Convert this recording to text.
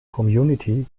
community